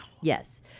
Yes